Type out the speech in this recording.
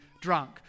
drunk